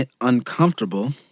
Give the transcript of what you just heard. uncomfortable